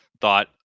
thought